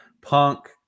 Punk